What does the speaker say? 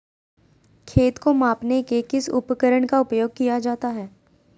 खेत को मापने में किस उपकरण का उपयोग किया जाता है?